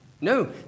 No